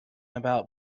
about